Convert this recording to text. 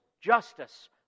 justice